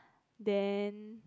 then